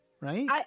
Right